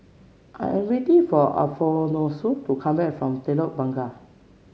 I am waiting for Alfonso to come back from Telok Blangah